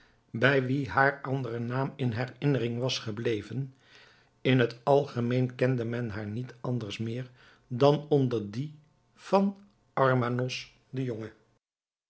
bij wien haar andere naam in herinnering was gebleven in het algemeen kende men haar niet anders meer dan onder dien van armanos den jonge